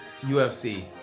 UFC